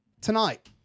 tonight